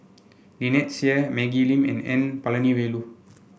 Lynnette Seah Maggie Lim and N Palanivelu